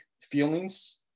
feelings